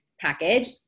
package